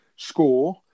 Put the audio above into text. score